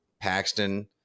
Paxton